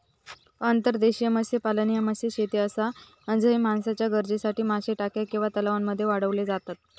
अंतर्देशीय मत्स्यपालन ह्या मत्स्यशेती आसा झय माणसाच्या गरजेसाठी मासे टाक्या किंवा तलावांमध्ये वाढवले जातत